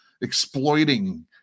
exploiting